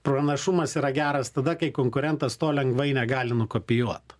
pranašumas yra geras tada kai konkurentas to lengvai negali nukopijuot